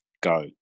Go